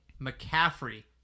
McCaffrey